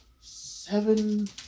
seven